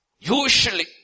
Usually